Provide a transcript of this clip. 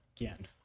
again